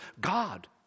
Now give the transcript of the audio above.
God